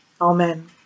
Amen